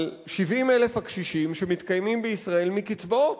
על 70,000 הקשישים שמתקיימים בישראל מקצבאות.